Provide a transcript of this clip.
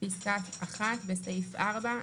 פסקה 1 בסעיף 4,